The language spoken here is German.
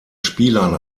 spielern